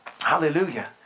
Hallelujah